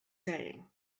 saying